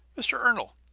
mr. ernol,